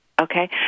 Okay